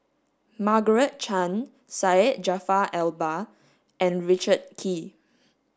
Margaret Chan Syed Jaafar Albar and Richard Kee